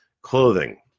clothing